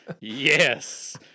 Yes